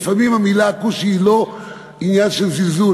לפעמים המילה כושי היא לא עניין של זלזול.